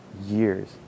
years